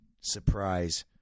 surprise